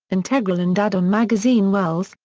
integral and add-on magazine wells,